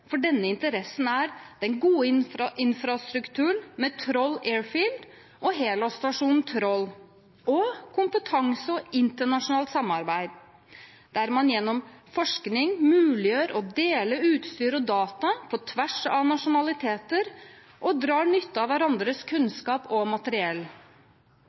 for denne interessen er den gode infrastrukturen med Troll Airfield og helårsstasjonen Troll, og kompetanse og internasjonalt samarbeid, der man gjennom forskning muliggjør å dele utstyr og data på tvers av nasjonaliteter og drar nytte av hverandres kunnskap og materiell.